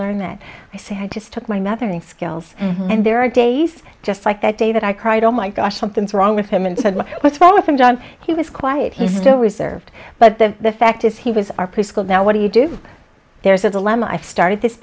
learn that i say i just took my mother and skills and there are days just like that day that i cried oh my gosh something's wrong with him and said what's wrong with them don he was quiet he still reserved but the fact is he was our preschool now what do you do there is a dilemma i've started this